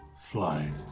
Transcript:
flying